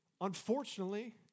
unfortunately